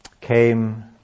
came